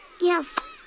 Yes